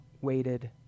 waited